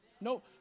No